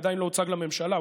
עדיין לא הוצג לממשלה,